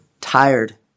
tired